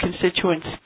constituents